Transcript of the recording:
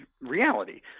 reality